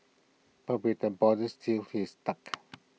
but with the borders sealed he is stuck